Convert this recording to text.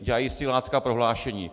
Dělají silácká prohlášení.